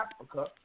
Africa